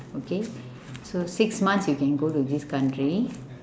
okay so six months you can go to this country